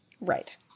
Right